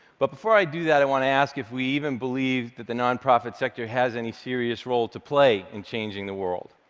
but before i do that, i want to ask if we even believe that the nonprofit sector has any serious role to play in changing the world.